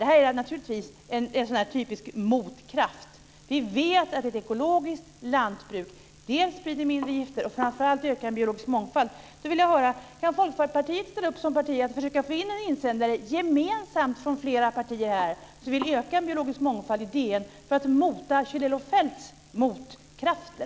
Det här är naturligtvis en typisk motkraft. Vi vet att ett ekologiskt lantbruk gör att det blir mindre gifter och framför allt leder till en ökad biologisk mångfald. Då vill jag höra: Kan Folkpartiet ställa upp som parti på att försöka få in en insändare i DN gemensamt med flera andra partier som vill öka den biologiska mångfalden för att mota Kjell-Olof Feldts motkrafter?